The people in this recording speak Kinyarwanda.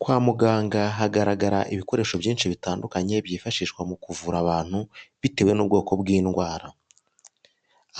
Kwa muganga hagaragara ibikoresho byinshi bitandukanye byifashishwa mu kuvura abantu, bitewe n'ubwoko bw'indwara.